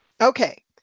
okay